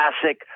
classic